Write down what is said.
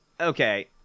Okay